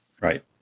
Right